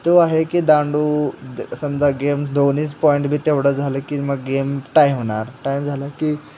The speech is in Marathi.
तो आहे की दांडू समजा गेम दोन्हीच पॉईंट बी तेवढं झालं की मग गेम टाईम होणार टाईम झाला की